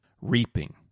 reaping